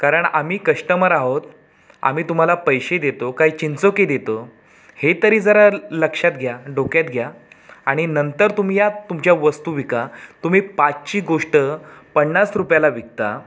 कारण आम्ही कस्टमर आहोत आम्ही तुम्हाला पैसे देतो काही चिंचोके देतो हे तरी जरा लक्षात घ्या डोक्यात घ्या आणि नंतर तुम्ही या तुमच्या वस्तू विका तुम्ही पाचची गोष्ट पन्नास रुपयाला विकता